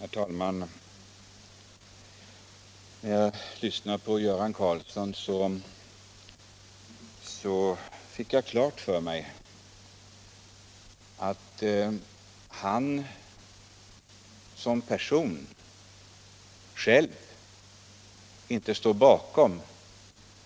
Herr talman! När jag lyssnade på Göran Karlsson fick jag klart för mig att han såsom person själv inte står bakom